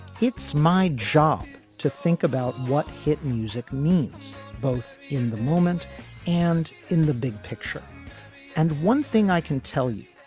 it's my job to think about what hit music means both in the moment and in the big picture and one thing i can tell you,